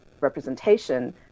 representation